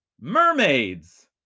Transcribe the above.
mermaids